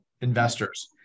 investors